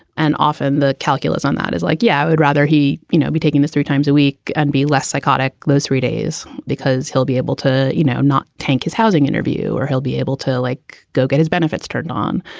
and often the calculus on that is like, yeah, i would rather he, you know, be taking this three times a week and be less psychotic those three days because he'll be able to, you know, not tank his housing interview or he'll be able to like go get his benefits turned on.